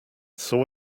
saw